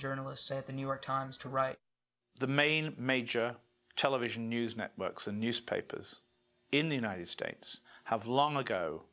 journalists at the new york times to write the main major television news networks and newspapers in the united states have long ago